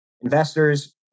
investors